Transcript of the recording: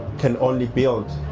can only build.